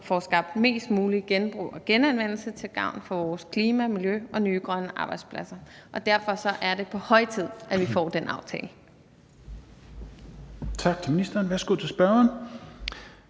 får skabt mest muligt genbrug og genanvendelse til gavn for vores klima, miljø og nye grønne arbejdspladser. Derfor er det på høje tid, at vi får den aftale.